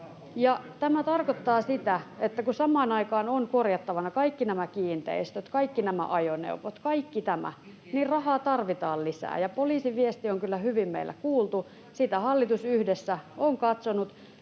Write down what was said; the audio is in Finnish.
Tämä tarkoittaa sitä, että kun samaan aikaan on korjattavana kaikki nämä kiinteistöt, kaikki nämä ajoneuvot, kaikki tämä, niin rahaa tarvitaan lisää, ja poliisin viesti on kyllä hyvin meillä kuultu. Sitä hallitus yhdessä on katsonut,